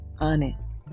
Honest